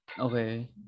Okay